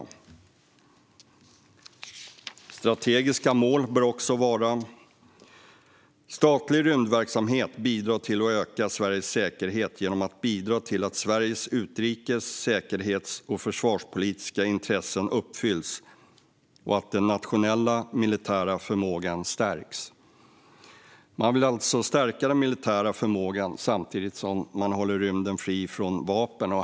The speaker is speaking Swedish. Ett strategiskt mål bör också vara att statlig rymdverksamhet bidrar till att öka Sveriges säkerhet genom att bidra till att Sveriges utrikes, säkerhets och försvarspolitiska intressen uppfylls och att den nationella militära förmågan stärks. Man vill alltså stärka den militära förmågan samtidigt som man håller rymden fri från vapen.